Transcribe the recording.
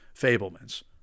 Fableman's